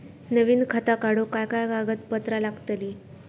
नवीन खाता काढूक काय काय कागदपत्रा लागतली?